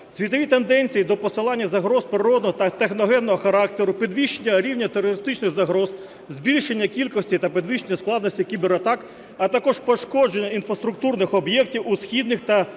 Світові тенденції до посилення загроз природного та техногенного характеру, підвищення рівня терористичних загроз, збільшення кількості та підвищення складності кібератак, а також пошкодження інфраструктурних об'єктів у східних та південних